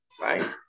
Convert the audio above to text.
right